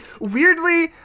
weirdly